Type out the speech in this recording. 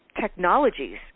technologies